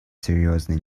серьезное